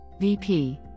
VP